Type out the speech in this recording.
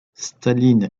staline